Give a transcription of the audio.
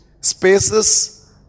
spaces